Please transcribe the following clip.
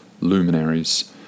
luminaries